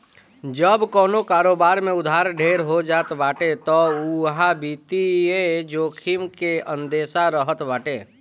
जब कवनो कारोबार में उधार ढेर हो जात बाटे तअ उहा वित्तीय जोखिम के अंदेसा रहत बाटे